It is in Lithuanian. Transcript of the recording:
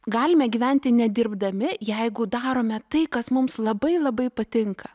galime gyventi nedirbdami jeigu darome tai kas mums labai labai patinka